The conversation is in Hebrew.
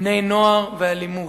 בני-נוער ואלימות.